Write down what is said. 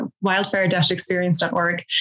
wildfire-experience.org